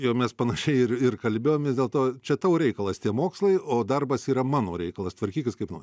jau mes panašiai ir ir kalbėjomės dėl to čia tavo reikalas tie mokslai o darbas yra mano reikalas tvarkykis kaip nori